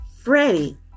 Freddie